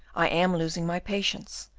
i am losing my patience,